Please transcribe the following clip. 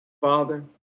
Father